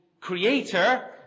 creator